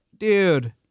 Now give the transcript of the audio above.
Dude